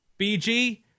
BG